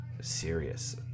serious